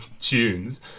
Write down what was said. tunes